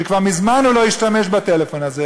כבר מזמן הוא לא השתמש בטלפון הזה,